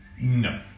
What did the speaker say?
No